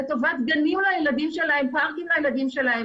לטובת גנים ופארקים לילדים שלהם,